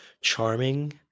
charming